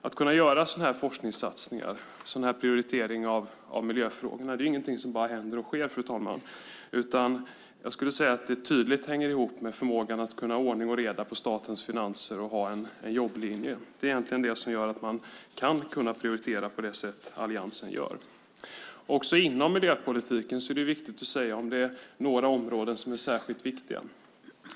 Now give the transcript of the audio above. Att göra forskningssatsningar och prioritering av miljöfrågorna är ingenting som bara händer och sker, fru talman, utan jag skulle säga att det tydligt hänger ihop med att ha ordning och reda på statens finanser och ha en jobblinje. Det är egentligen det som gör att man kan prioritera på det sätt Alliansen gör. Också inom miljöpolitiken, det är viktigt att säga, är det några områden som är särskilt viktiga.